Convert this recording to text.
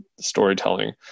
storytelling